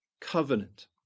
covenant